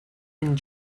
and